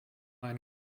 ein